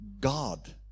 god